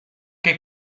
que